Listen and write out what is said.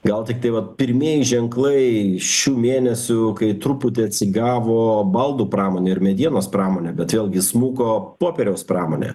gal tiktai vat pirmieji ženklai šių mėnesių kai truputį atsigavo baldų pramonė ir medienos pramonė bet vėlgi smuko popieriaus pramonė